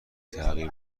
تغییر